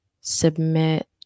submit